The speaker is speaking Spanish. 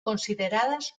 consideradas